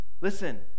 Listen